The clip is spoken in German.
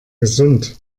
gesund